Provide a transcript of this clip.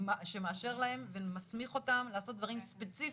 שמאשר להם ומסמיך אותם לעשות דברים ספציפיים.